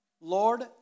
Lord